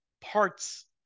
parts